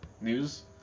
news